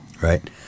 right